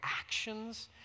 actions